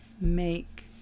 make